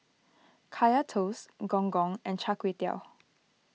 Kaya Toast Gong Gong and Char Kway Teow